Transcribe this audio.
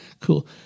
Cool